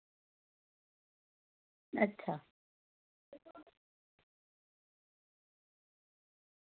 अच्छा